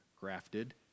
grafted